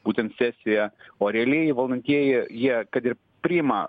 būtent sesijoje o realiai valdantieji jie kad ir priima